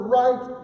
right